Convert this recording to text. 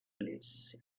place